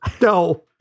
No